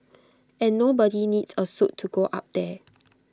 and nobody needs A suit to go up there